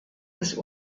des